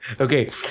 Okay